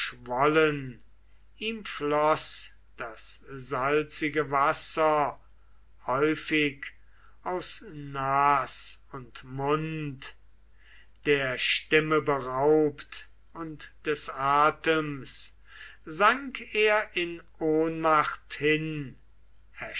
ihm floß das salzige wasser häufig aus nas und mund und ohne atem und stimme sank er in ohnmacht hin